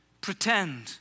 pretend